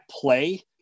play